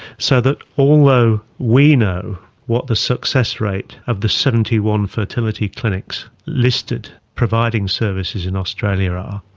so that although we know what the success rate of the seventy one fertility clinics listed providing services in australia are,